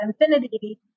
infinity